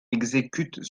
exécutent